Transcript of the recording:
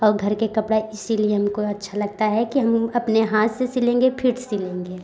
और घर के कपड़ा इसीलिए हमको अच्छा लगता है कि हम अपने हाथ से सिलेंगे फिट सिलेंगे